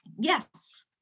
yes